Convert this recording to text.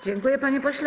Dziękuję, panie pośle.